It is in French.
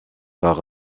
par